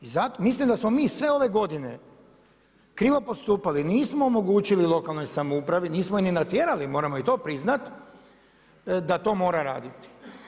Mislim da smo mi sve godine krivo postupali, nismo omogućili lokalnoj samoupravi, nismo je ni natjerali, moramo i to priznati, da to mora raditi.